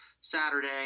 Saturday